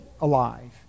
alive